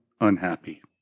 unhappy